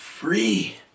free